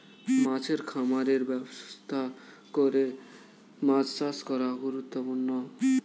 মাছের খামারের ব্যবস্থা করে মাছ চাষ করা গুরুত্বপূর্ণ